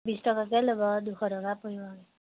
বিছ টকাকৈ ল'ব দুশ টকা পৰিব আৰু